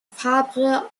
fabre